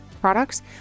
products